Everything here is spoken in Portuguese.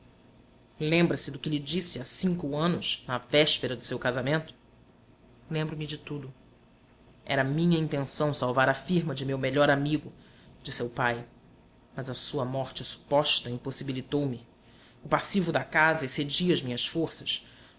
lembra-se do que lhe disse há cinco anos na véspera do seu casamento lembro-me de tudo era minha intenção salvar a firma de meu melhor amigo de seu pai mas a sua morte suposta impossibilitou me o passivo da casa excedia as minhas forças